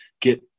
get